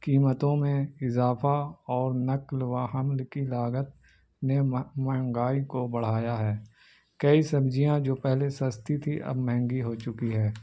قیمتوں میں اضافہ اور نقل و حمل کی لاگت نے مہنگائی کو بڑھایا ہے کئی سبزیاں جو پہلے سستی تھی اب مہنگی ہو چکی ہے